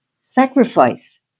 sacrifice